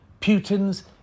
Putin's